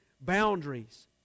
boundaries